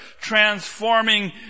transforming